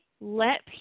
let